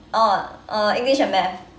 oh uh english and math